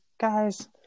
guys